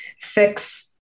fix